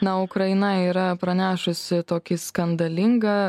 na ukraina yra pranešusi tokį skandalingą